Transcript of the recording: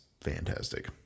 fantastic